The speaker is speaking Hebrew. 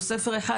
או ספר אחד,